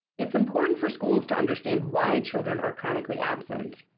it's important for schools to understand why children are chronically absent.